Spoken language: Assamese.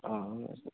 অ'